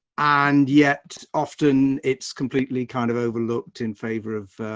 and yet often it's completely kind of overlooked in favor of, ah,